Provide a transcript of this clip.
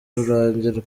rurangirwa